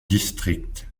district